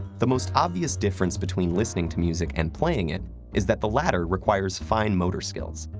the most obvious difference between listening to music and playing it is that the latter requires fine motor skills,